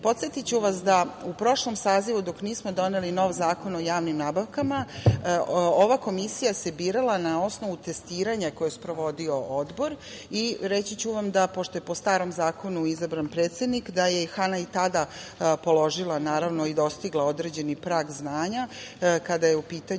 Komisije. Podsetiću vas da u prošlom sazivu dok nismo doneli nov Zakon o javnim nabavkama, ova komisija se birala na osnovu testiranja koje je sprovodio Odbor i reći ću vam da, pošto je po starom zakonu izabran predsednik, da je Hana i tada položila i dostigla određeni prag znanja, kada je u pitanju